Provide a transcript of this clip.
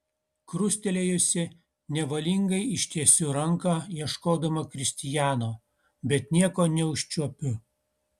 krustelėjusi nevalingai ištiesiu ranką ieškodama kristijano bet nieko neužčiuopiu